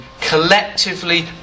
collectively